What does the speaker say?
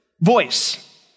voice